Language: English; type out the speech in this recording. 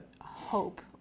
hope